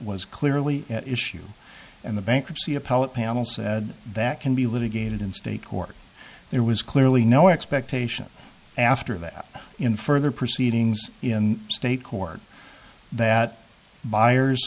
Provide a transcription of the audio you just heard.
was clearly at issue and the bankruptcy appellate panel said that can be litigated in state court there was clearly no expectation after that in further proceedings in state court that buyers